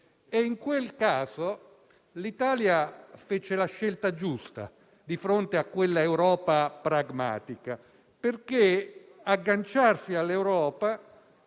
In quel caso l'Italia fece la scelta giusta di fronte a quell'Europa pragmatica. Agganciarsi all'Europa,